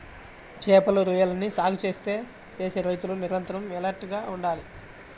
చేపలు, రొయ్యలని సాగు చేసే రైతులు నిరంతరం ఎలర్ట్ గా ఉండాలి